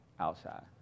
outside